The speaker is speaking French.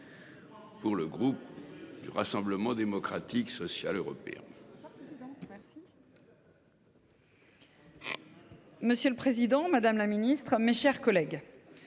pour le groupe du Rassemblement Démocratique et Social Européen..